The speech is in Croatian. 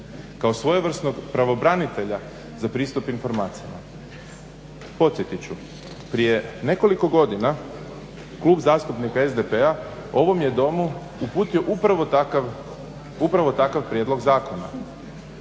kao svojevrsnog pravobranitelja za pristup informacijama. Podsjetiti ću, prije nekoliko godina Klub zastupnika SDP-a ovom je Domu uputio upravo takav prijedlog zakona